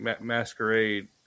Masquerade